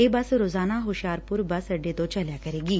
ਇਹ ਬੱਸ ਰੋਜ਼ਾਨਾ ਹੁਸ਼ਿਆਰਪੁਰ ਬੱਸ ਅੱਡੇ ਤੋਂ ਚਲਿਆ ਕਰੇਗੀ